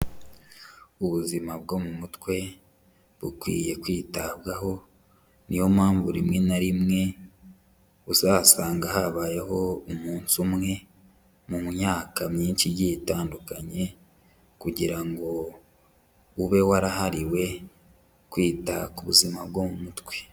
Ubuzima bwo mu mutwe bukwiye kwitabwaho, niyo mpamvu rimwe na rimwe uzasanga habayeho umunsi umwe mu myaka myinshi igiye itandukanye kugira ngo ube warahariwe kwita ku buzima bwo mu mutwe.